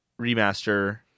Remaster